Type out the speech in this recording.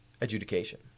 adjudication